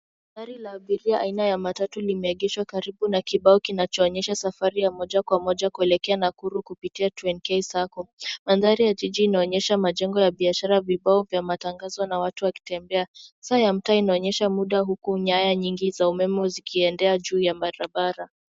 Gari la abiria aina ya matatu limeegeshwa karibu na kibao kinacho onyesha safari ya Moja kwa Moja kuelekea nakuru kupitia 2nk sacco. mandhari ya jiji inaonyesha majengo ya biashara , vibao vya matangazo na watu wakitembea. Saa ya mtaa inaonyesha muda huku nyaya nyingi za umeme zikiendea juu ya barabara.